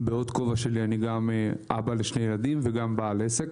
ובעוד כובע שלי אני גם אבא לשני ילדים וגם בעל עסק.